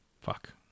Fuck